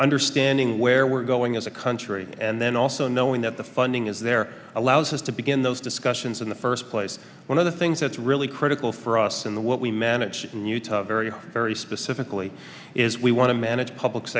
understanding where we're going as a country and then also knowing that the funding is there allows us to begin those discussions in the first place one of the things that's really critical for us in the what we manage in utah very very specifically is we want to manage public's